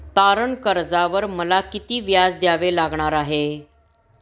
तारण कर्जावर मला किती व्याज द्यावे लागणार आहे?